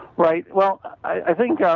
right. well, i think, um